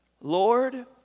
Lord